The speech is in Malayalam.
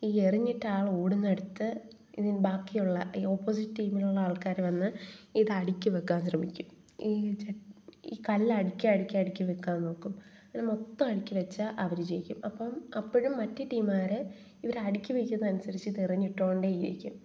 ഈ എറിഞ്ഞിട്ട ആൾ ഓടുന്ന ഇടത്ത് ഇതിൽ ബാക്കിയുള്ള ഈ ഓപ്പോസിറ്റ് ടീമിലുള്ള ആൾക്കാർ വന്ന് ഇത് അടുക്കി വെക്കാൻ ശ്രമിക്കും ഈ ചട്ടി ഈ കല്ല് അടുക്കി അടുക്കി അടുക്കി വെക്കാൻ നോക്കും ഇത് മൊത്തം അടുക്കി വെച്ചാൽ അവർ ജയിക്കും അപ്പം അപ്പോഴും മറ്റു ടീമുകാർ ഇവർ അടുക്കി വെക്കുന്നത് അനുസരിച്ച് ഇത് എറിഞ്ഞ് ഇട്ടുകൊണ്ടേ ഇരിക്കും